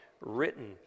written